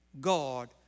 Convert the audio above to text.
God